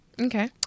Okay